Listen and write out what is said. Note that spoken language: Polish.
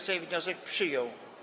Sejm wniosek przyjął.